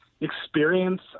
experience